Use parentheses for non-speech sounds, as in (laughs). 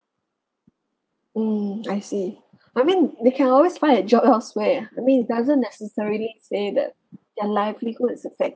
mm I see I mean they can always find a job (laughs) elsewhere I mean it doesn't necessarily say that their livelihood is effected